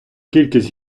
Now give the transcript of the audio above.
кількість